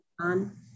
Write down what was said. on